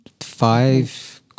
five